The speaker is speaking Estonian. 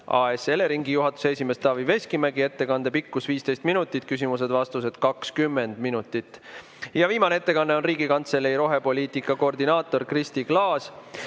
AS Eleringi juhatuse esimees Taavi Veskimägi, ettekande pikkus 15 minutit ja küsimused-vastused 20 minutit. Viimane ettekanne on Riigikantselei rohepoliitika koordinaatorilt Kristi Klaasilt,